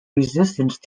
resistance